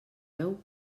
veu